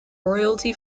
royalty